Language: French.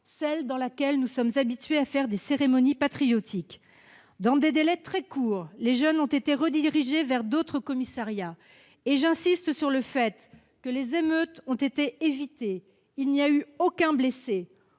celle dans laquelle nous sommes habitués à faire des cérémonies patriotiques. Dans des délais très courts, les jeunes ont été redirigés vers d'autres commissariats, et j'insiste sur le fait que des émeutes ont été évitées, qu'il n'y a eu aucun blessé,